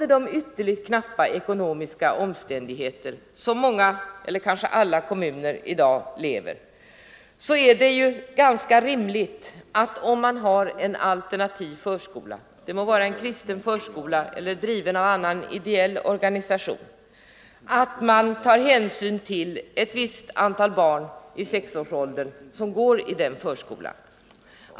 Med de ytterligt knappa ekonomiska omständigheter som många eller kanske alla kommuner i dag lever under är det rimligt att kommunen, om det i den finns en alternativ förskola — det må vara en kristen förskola eller en som drivs av ideell organisation med annan inriktning — i sin förskoleverksamhet får räkna in det antal barn i sexårsåldern som går i den förskolan.